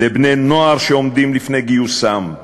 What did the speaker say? לבני-נוער שעומדים לפני גיוסם,